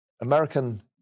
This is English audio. American